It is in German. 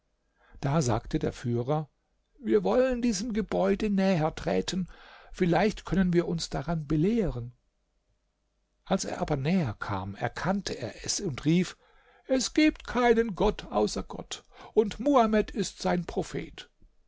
da sagte der führer wir wollen diesem gebäude näher treten vielleicht können wir uns daran belehren als er aber näher kam erkannte er es und rief es gibt keinen gott außer gott und muhamed ist sein prophet